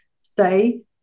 say